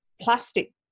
plastic